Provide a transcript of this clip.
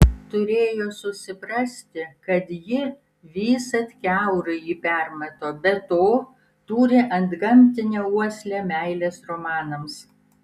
turėjo susiprasti kad ji visad kiaurai jį permato be to turi antgamtinę uoslę meilės romanams